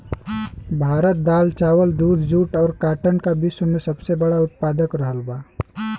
भारत दाल चावल दूध जूट और काटन का विश्व में सबसे बड़ा उतपादक रहल बा